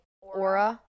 aura